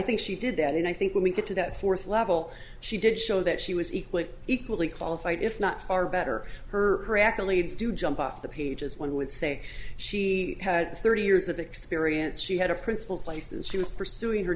think she did that and i think when we get to that fourth level she did show that she was equally equally qualified if not far better her accolades to jump off the page as one would say she had thirty years of experience she had a principals places she was pursuing her